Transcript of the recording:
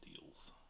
deals